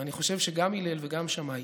אני חושב שגם הלל וגם שמאי,